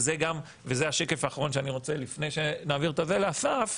וזה השקף האחרון שאני רוצה לפני שזה יעבור לאסף,